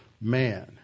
man